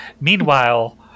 Meanwhile